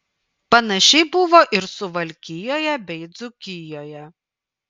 panašiai buvo ir suvalkijoje bei dzūkijoje